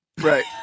Right